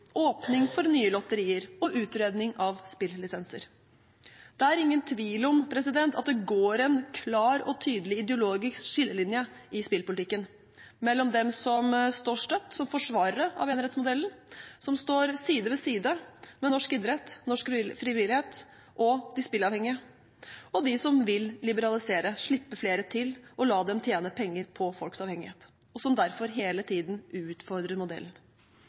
åpning for nye lotterier og utredning av spillisenser. Det er ingen tvil om at det går en klar og tydelig ideologisk skillelinje i spillpolitikken mellom dem som står støtt som forsvarere av enerettsmodellen – som står side ved side med norsk idrett, norsk frivillighet og de spilleavhengige – og dem som vil liberalisere, slippe flere til og la dem tjene penger på folks avhengighet, og som derfor hele tiden utfordrer modellen.